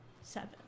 Seven